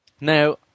Now